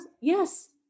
yes